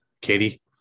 Katie